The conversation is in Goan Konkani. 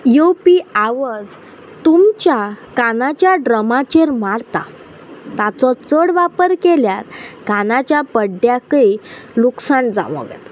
येवपी आवाज तुमच्या कानाच्या ड्रमाचेर मारता ताचो चड वापर केल्यार कानाच्या पड्ड्याकय लुकसाण जावंक येता